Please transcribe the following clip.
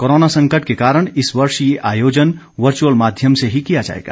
corona संकट के कारण इस वर्ष ये आयोजन वर्चुअल माध्यम से ही किया जाएगा